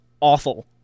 awful